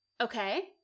Okay